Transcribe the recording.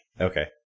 okay